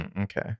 Okay